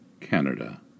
Canada